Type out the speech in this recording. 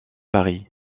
paris